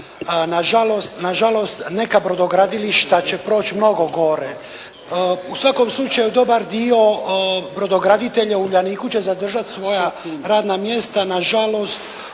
Na žalost neka brodogradilišta će proći mnogo gore. U svakom slučaju dobar dio brodograditelja u "Uljaniku" će zadržati svoja radna mjesta,